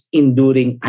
enduring